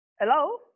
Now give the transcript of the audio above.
Hello